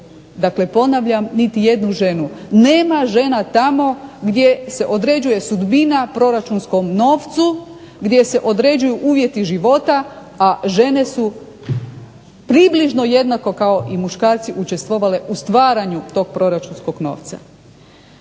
Dakle ponavljam, niti jednu ženu. Nema žena tamo gdje se određuje sudbina proračunskom novcu, gdje se određuju uvjeti života, a žene su približno jednako kao i muškarci učestvovale u stvaranju tog proračunskog novca.